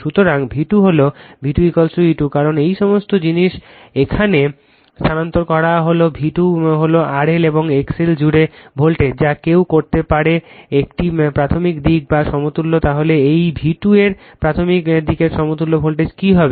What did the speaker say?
সুতরাং V2 হল V2 E2 কারণ এই সমস্ত জিনিস এখানে স্থানান্তর করা হল V2 হল R L এবং X L জুড়ে ভোল্টেজ যা কেউ করতে পারে একটি প্রাথমিক দিক বা সমতুল্য তাহলে এই V2 এর প্রাথমিক দিকের সমতুল্য ভোল্টেজ কী হবে